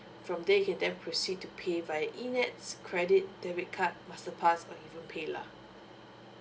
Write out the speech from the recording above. from there you can then proceed to pay via eNETS credit debit card masterpass or even paylah